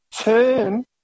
turn